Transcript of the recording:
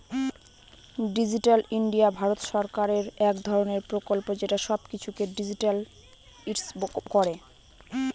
digital India ভারত সরকারের এক ধরনের প্রকল্প যেটা সব কিছুকে ডিজিট্যালাইসড করে